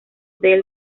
del